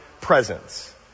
presence